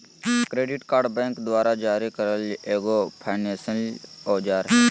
credit card bank द्वारा जारी करल एगो फायनेंसियल औजार हइ